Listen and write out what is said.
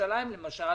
בירושלים למשל